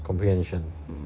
comprehension